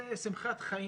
זה שמחת חיים,